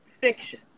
fiction